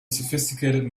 sophisticated